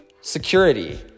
security